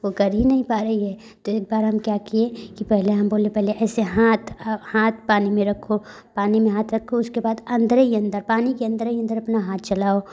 वो कर ही नहीं पा रही है तो एक बार हम क्या किए की पहले हम बोले पहले ऐसे हाथ हाथ पानी में रखो पानी में हाथ रखो उसके बाद अंदर ही अंदर पानी के अंदर ही अंदर अपना हाथ चलाओ